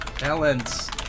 Balance